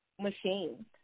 machine